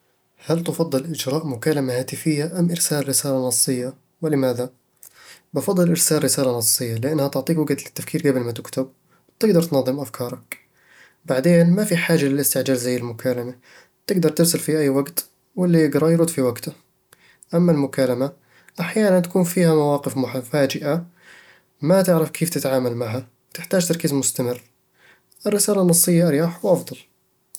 هل تفضل إجراء مكالمة هاتفية أم إرسال رسالة نصية؟ ولماذا؟ بفضّل إرسال رسالة نصية، لأنها تعطيك وقت للتفكير قبل ما تكتب، وتقدر تنظم أفكارك بعدين ما في حاجة للاستعجال زي المكالمة، تقدر ترسل في أي وقت واللي يقرأ يرد في وقته أما المكالمة، أحيانًا تكون فيها مواقف مح- مفاجئة ما تعرف كيف تتعامل معها، وتحتاج تركيز مستمر. الرسالة النصية أريح وأفضل